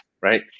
right